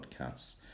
podcasts